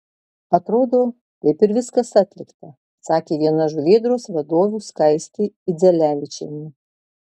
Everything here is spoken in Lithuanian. atrodo kaip ir viskas atlikta sakė viena žuvėdros vadovių skaistė idzelevičienė